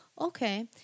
okay